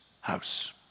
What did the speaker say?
house